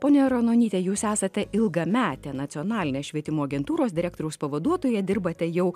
ponia ranonyte jūs esate ilgametė nacionalinės švietimo agentūros direktoriaus pavaduotoja dirbate jau